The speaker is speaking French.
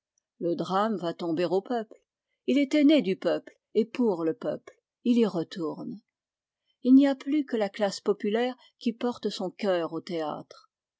le drame va tomber au peuple il était né du peuple et pour le peuple il y retourne il n'y a plus que la classe populaire qui porte son cœur au théâtre